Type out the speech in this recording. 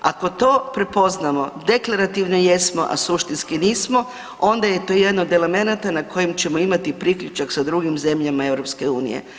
Ako to prepoznamo, deklarativno jesmo, a suštinski nismo onda je to jedan od elemenata na kojem ćemo imati priključak sa drugim zemljama EU.